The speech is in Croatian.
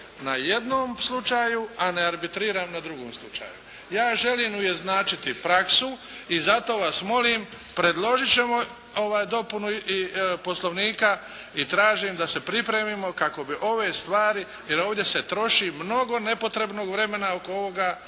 na jednom slučaju a ne arbitriram na drugom slučaju. Ja želim ujednačiti praksu i zato vas molim predložit ćemo dopunu Poslovnika i tražim da se pripremimo kako bi ove stvari, jer ovdje se troši mnogo nepotrebnog vremena oko ovoga.